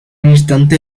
instante